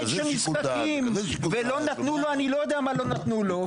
של נזקקים ואני לא יודע מה לא נתנו לו,